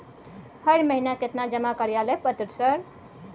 हर महीना केतना जमा कार्यालय पत्र सर?